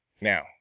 Now